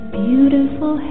beautiful